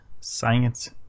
science